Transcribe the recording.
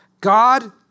God